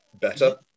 better